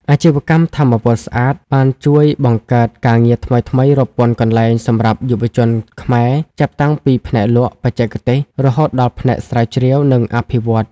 អាជីវកម្មថាមពលស្អាតបានជួយបង្កើតការងារថ្មីៗរាប់ពាន់កន្លែងសម្រាប់យុវជនខ្មែរ ចាប់តាំងពីផ្នែកលក់ បច្ចេកទេស រហូតដល់ផ្នែកស្រាវជ្រាវ និងអភិវឌ្ឍន៍។